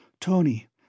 Tony